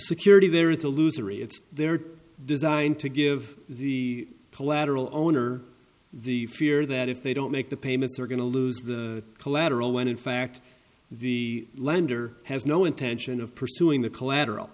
security there is a loser it's there designed to give the collateral owner the fear that if they don't make the payments are going to lose the collateral when in fact the lender has no intention of pursuing the collateral